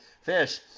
fish